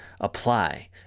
apply